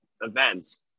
events